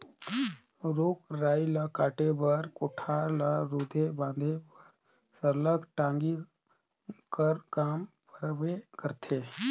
रूख राई ल काटे बर, कोठार ल रूधे बांधे बर सरलग टागी कर काम परबे करथे